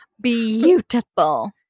beautiful